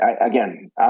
again